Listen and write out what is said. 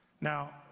Now